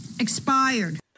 Expired